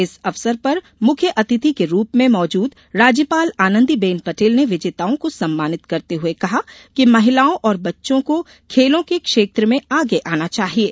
इस अवसर पर मुख्य अतिथि के रूप में मौजूद राज्यपाल आनंदी बेन पटेल ने विजेताओं को सम्मानित करते हुए कहा कि महिलाओं और बच्चों को खेलों के क्षेत्र में आगे आना चाहिये